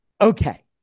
okay